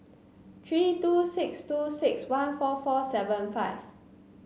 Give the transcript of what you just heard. three two six two six one four four seven five